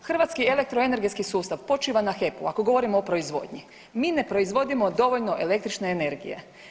Hrvatski elektroenergetski sustav počiva na HEP-u ako govorimo o proizvodnji, mi ne proizvodimo dovoljno električne energije.